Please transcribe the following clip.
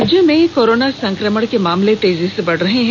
राज्य में कोरोना संकमण के मामले तेजी से बढ़ रहे हैं